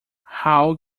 how